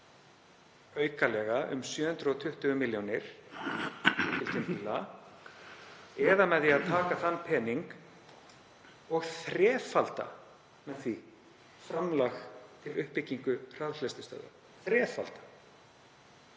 aukalega um 720 milljónir eða með því að taka þann pening og þrefalda með því framlag til uppbyggingu hraðhleðslustöðva